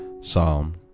psalm